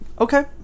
Okay